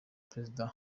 perezida